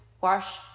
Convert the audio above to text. wash